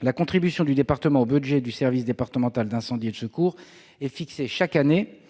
« La contribution du département au budget du service départemental d'incendie et de secours est fixée, chaque année,